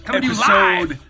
episode